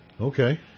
Okay